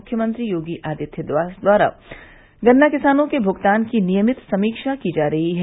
मुख्यमंत्री योगी आदित्यनाथ द्वारा गन्ना किसानों के भुगतान की नियमित समीक्षा की जा रही है